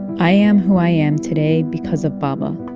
i am who i am today because of baba.